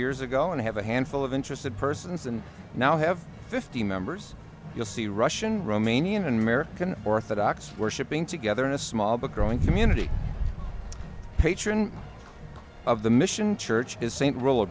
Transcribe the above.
years ago and have a handful of interested persons and now have fifty members you'll see russian romanian merican orthodox worshipping together in a small but going community patron of the mission church is saint roll